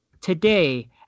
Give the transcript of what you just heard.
today